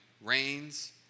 rains